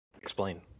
Explain